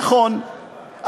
נכון,